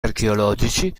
archeologici